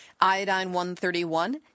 iodine-131